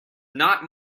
not